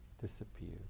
disappears